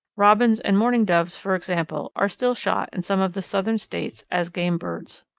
robins and mourning doves, for example, are still shot in some of the southern states as game birds.